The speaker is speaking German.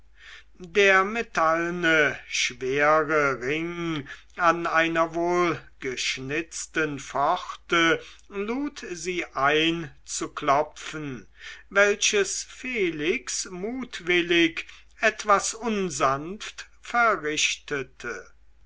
der metallne schwere ring an einer wohlgeschnitzten pforte lud sie ein zu klopfen welches felix mutwillig etwas unsanft verrichtete